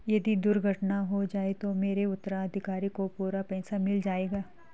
यदि दुर्घटना हो जाये तो मेरे उत्तराधिकारी को पूरा पैसा मिल जाएगा?